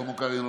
שלמה קרעי,